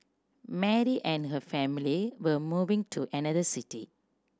Mary and her family were moving to another city